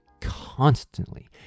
constantly